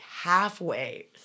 halfway